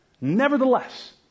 Nevertheless